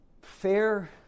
FAIR